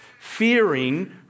fearing